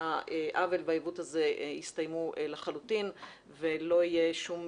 שהעוול והעיוות הזה יסתיימו לחלוטין ולא יהיה שום